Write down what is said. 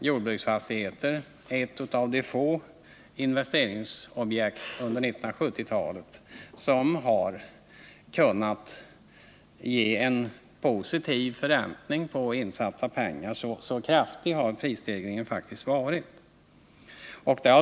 Jordbruksfastigheter hör till de få investeringsobjekt under 1970-talet som har kunnat ge en positiv förräntning på insatta pengar — så kraftig har prisstegringen faktiskt varit.